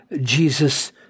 Jesus